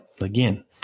again